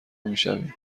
میشویم